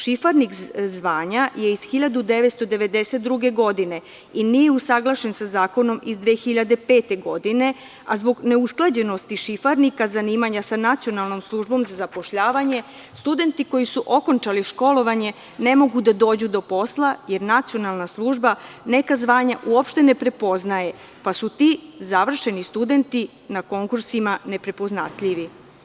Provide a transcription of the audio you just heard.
Šifrarnik zvanja je iz 1992. godine i nije usaglašen sa Zakonom iz 2005. godine, a zbog neusklađenosti Šifrarnika zanimanja sa Nacionalnom službom za zapošljavanje, studenti koji su okončali školovanje ne mogu da dođu do posla jer Nacionalna služba neka zvanja uopšte ne prepoznaje, pa su ti završeni studenti na konkursima neprepoznatljivi.